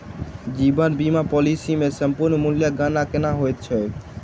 जीवन बीमा पॉलिसी मे समर्पण मूल्यक गणना केना होइत छैक?